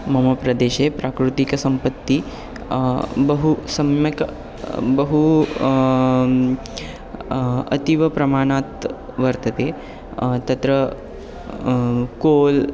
मम प्रदेशे प्राकृतिकसम्पत्तिः बहु सम्यक् बहु अतीवप्रमाणात् वर्तते तत्र कोल्